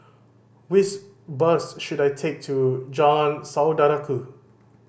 which bus should I take to Jalan Saudara Ku